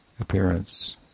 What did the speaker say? appearance